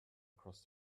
across